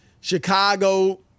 Chicago